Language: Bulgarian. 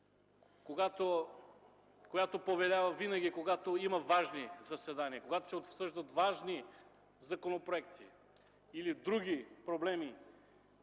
която повелява, винаги когато има важни заседания, когато се обсъждат важни законопроекти или други проблеми,